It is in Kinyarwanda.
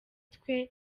twe